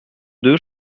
deux